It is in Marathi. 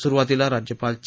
सुरुवातीला राज्यपाल चे